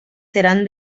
seran